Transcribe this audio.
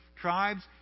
tribes